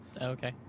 okay